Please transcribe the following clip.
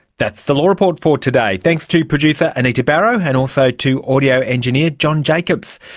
that's the law report for today. thanks to producer anita barraud, and also to audio engineer john jacobs.